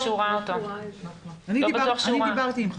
לא ראיתי.